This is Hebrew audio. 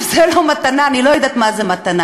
אם זה לא מתנה אני לא יודעת מה זה מתנה.